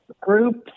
groups